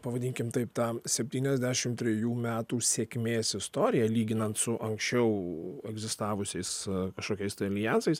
pavadinkim taip tą septyniasdešim trejų metų sėkmės istoriją lyginant su anksčiau egzistavusiais kažkokiais aljansais